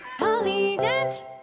Polydent